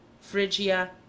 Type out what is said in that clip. Phrygia